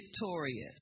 victorious